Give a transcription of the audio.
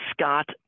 Scott